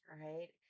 right